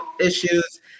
issues